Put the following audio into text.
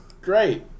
Great